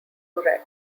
rat